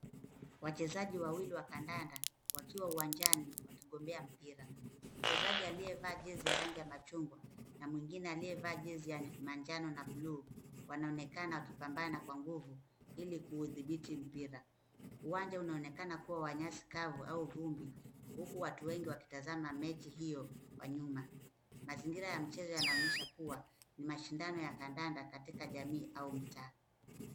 Wachezaji wawili wa kandanda wakiwa uwanjani kugombea mpira, mchezaji aliyevaa jezi ya rangi ya machungwa na mwingine aliyevaa jezi ya manjano na bluu wanaonekana wakipambana kwa nguvu ili kuuthibiti mpira. Uwanja unaonekana kuwa wa nyasi kavu au vumbi huku watu wengi wakitazama mechi hiyo kwa nyuma, mazingira ya mchezo yanaonyesha kuwa mashindano ya kandanda katika jamii au mtaa.